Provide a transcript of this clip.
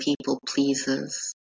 people-pleasers